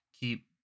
Keep